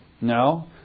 no